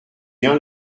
bien